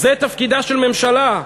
זה תפקידה של ממשלה.